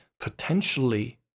potentially